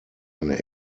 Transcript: eine